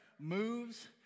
moves